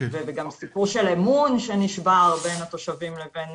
וגם סיפור של אמון שנשבר בין התושבים לבין